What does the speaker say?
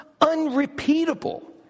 unrepeatable